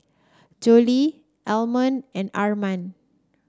Jolette Almon and Arman